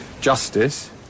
justice